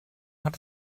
hat